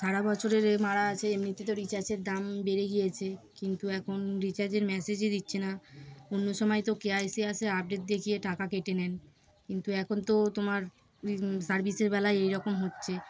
সারা বছরের এ মারা আছে এমনিতে তো রিচার্জের দাম বেড়ে গিয়েছে কিন্তু এখন রিচার্জের মেসেজই দিচ্ছে না অন্য সময় তো কে আসে আসে আপডেট দেখিয়ে টাকা কেটে নেন কিন্তু এখন তো তোমার সার্ভিসের বেলায় এইরকম হচ্ছে